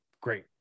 great